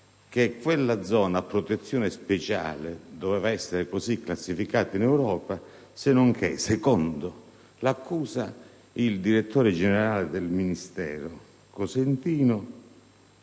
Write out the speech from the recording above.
che quella zona a protezione speciale doveva essere così classificata in Europa, sennonché, secondo l'accusa, il direttore generale del Ministero Cosentino